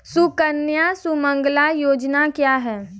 सुकन्या सुमंगला योजना क्या है?